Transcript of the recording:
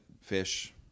fish